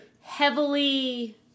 Heavily